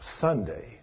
Sunday